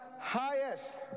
highest